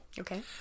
Okay